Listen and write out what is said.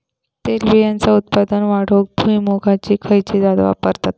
तेलबियांचा उत्पन्न वाढवूक भुईमूगाची खयची जात वापरतत?